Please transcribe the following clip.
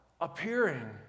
appearing